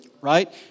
Right